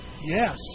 Yes